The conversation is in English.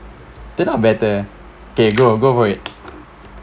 turn out better okay go go for it